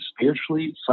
spiritually